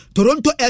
Toronto